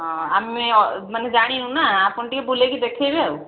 ହଁ ଆମେ ମାନେ ଜାଣିନୁ ନା ଆପଣ ଟିକିଏ ବୁଲେଇକି ଦେଖାଇବେ ଆଉ